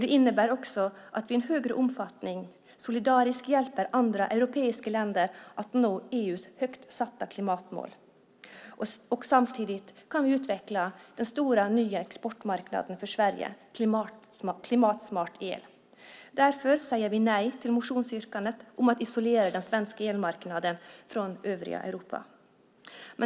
Det innebär också att vi i en större omfattning solidariskt hjälper andra europeiska länder att nå EU:s högt satta klimatmål. Samtidigt kan vi utveckla den stora nya exportmarknaden för Sverige: klimatsmart el. Därför säger vi nej till motionsyrkandet om att isolera den svenska elmarknaden från övriga Europa.